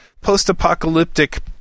post-apocalyptic